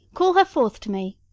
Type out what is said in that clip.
call her forth to me.